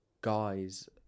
guys